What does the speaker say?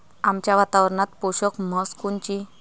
आमच्या वातावरनात पोषक म्हस कोनची?